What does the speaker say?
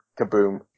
kaboom